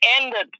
ended